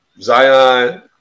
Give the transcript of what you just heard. Zion